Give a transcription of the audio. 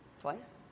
Twice